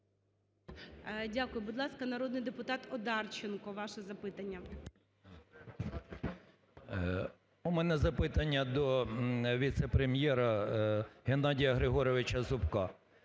Дякую. Будь ласка, народний депутат Одарченко, ваше запитання. 11:04:25 ОДАРЧЕНКО Ю.В. У мене запитання до віце-прем'єра Геннадія Григоровича Зубка.